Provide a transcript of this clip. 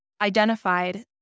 identified